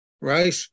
Right